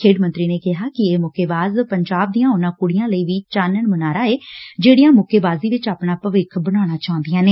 ਖੇਡ ਮੰਤਰੀ ਨੇ ਕਿਹਾ ਕਿ ਇਹ ਮੁੱਕੇਬਾਜ਼ ਪੰਜਾਬ ਦੀਆਂ ਉਨਾਂ ਕੁੜੀਆਂ ਲਈ ਵੀ ਚਾਨਣ ਮੁਨਾਰਾ ਏ ਜਿਹੜੀਆਂ ਮੁੱਕੇਬਾਜ਼ੀ ਵਿਚ ਆਪਣਾ ਭਵਿੱਖ ਬਣਾਉਣਾ ਚਾਹੁੰਦੀਆਂ ਨੇ